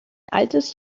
altes